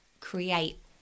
create